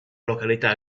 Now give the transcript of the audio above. località